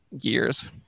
years